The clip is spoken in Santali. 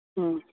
ᱦᱮᱸ